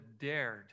dared